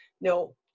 No